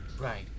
right